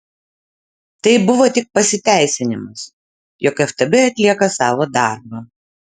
tai buvo tik pasiteisinimas jog ftb atlieka savo darbą